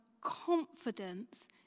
confidence